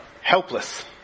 helpless